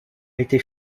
été